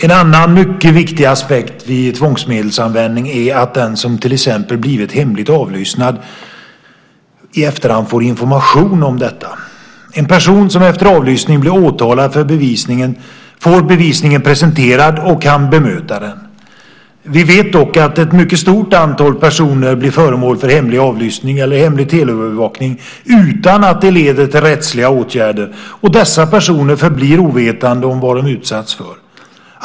En annan mycket viktig aspekt vid tvångsmedelsanvändning är att den som till exempel blivit hemligt avlyssnad i efterhand får information om detta. En person som efter avlyssning blir åtalad får bevisningen presenterad och kan bemöta den. Vi vet dock att ett mycket stort antal personer blir föremål för hemlig avlyssning eller hemlig teleövervakning utan att det leder till rättsliga åtgärder, och dessa personer förblir ovetande om vad de utsatts för.